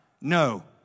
no